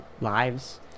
lives